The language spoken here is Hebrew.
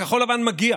לכחול לבן מגיע,